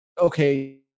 okay